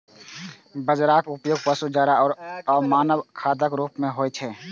बाजराक उपयोग पशु चारा आ मानव खाद्यक रूप मे होइ छै